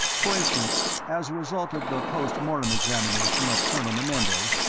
for instance, as a result of the post-mortem examination of colonel menendez,